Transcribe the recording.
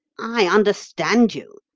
i understand you,